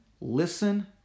listen